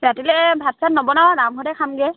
ৰাতিলে ভাত চাত নবনাও নামঘৰতে খামগে